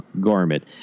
garment